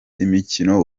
imikino